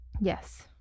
yes